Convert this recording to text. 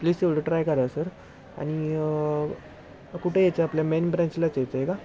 please तेवढं try करा sir आणि कुठे यायचं आपल्या मेन ब्रँचलाच यायचं आहे का